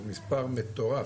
מספר מטורף,